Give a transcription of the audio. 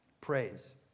Praise